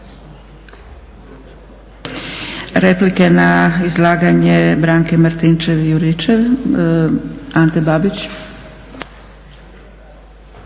Replike na izlaganje Branke Martinčev-Juričev, Ante Babić.